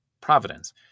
providence